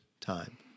time